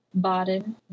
baden